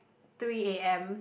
three A_M